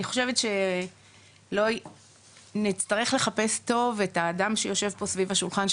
אני חושבת שנצטרך לחפש טוב את האדם שיושב פה סביב השולחן,